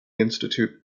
institute